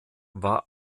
war